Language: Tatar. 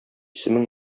исемең